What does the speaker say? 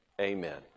amen